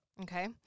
Okay